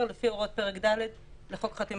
לפי הוראות פרק ד' לחוק חתימה אלקטרונית.